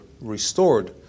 restored